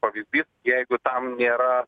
pavyzdys jeigu tam nėra